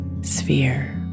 sphere